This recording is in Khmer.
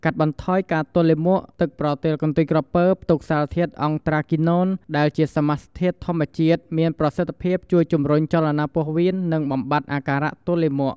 កាត់បន្ថយការទល់លាមក ទឹកប្រទាលកន្ទុយក្រពើមានផ្ទុកសារធាតុ "អង់ត្រាគីណូន" ដែលជាសមាសធាតុធម្មជាតិមានប្រសិទ្ធភាពជួយជំរុញចលនាពោះវៀន និងបំបាត់អាការៈទល់លាមក។